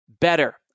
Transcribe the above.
better